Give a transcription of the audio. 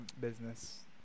business